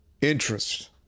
interest